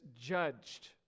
judged